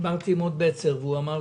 אתמול